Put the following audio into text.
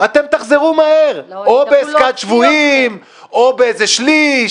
אתם תחזרו מהר, או בעסקת חילופי שבויים, או בשליש.